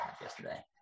yesterday